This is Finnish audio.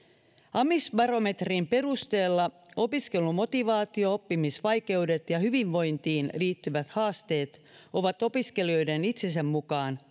amisbarometrin perusteella opiskelumotivaatio oppimisvaikeudet ja hyvinvointiin liittyvät haasteet ovat opiskelijoiden itsensä mukaan